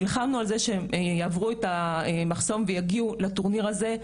נלחמנו על זה שהן יעברו את המחסום ויגיעו לטורניר הזה,